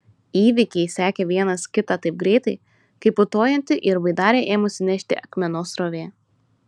įvykiai sekė vienas kitą taip greitai kaip putojanti ir baidarę ėmusi nešti akmenos srovė